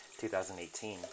2018